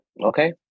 okay